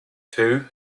two